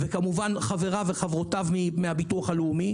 וכמובן חברותיו וחבריו מהביטוח הלאומי,